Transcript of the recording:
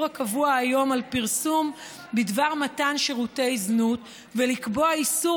הקבוע היום על פרסום בדבר מתן שירותי זנות ולקבוע איסור